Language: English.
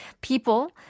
people